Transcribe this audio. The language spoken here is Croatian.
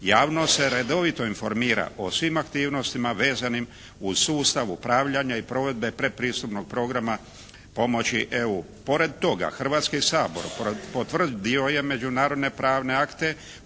Javnost se redovito informira o svim aktivnosti vezanim uz sustav upravljanja i provedbe predpristupnog programa pomoći EU. Pored toga Hrvatski sabor potvrdio je međunarodne pravne akte